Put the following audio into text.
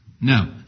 No